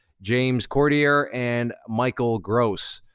james cordier and michael gross.